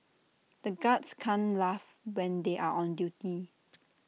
the guards can't laugh when they are on duty